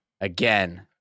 again